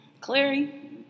Clary